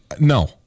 no